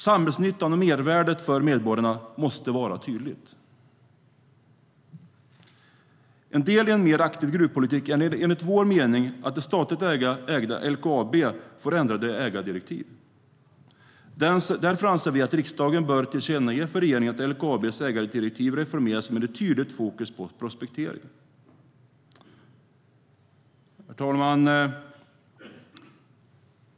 Samhällsnyttan och mervärdet för medborgarna måste vara tydliga. Herr talman!